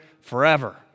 forever